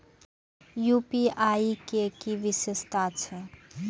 UPI के कि विषेशता छै?